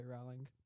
Rowling